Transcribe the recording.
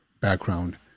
background